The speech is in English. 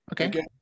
Okay